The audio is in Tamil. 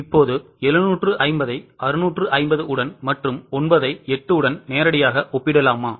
இப்போது 750 ஐ 650 உடன் மற்றும் 9 ஐ 8 உடன் நேரடியாக ஒப்பிடலாமா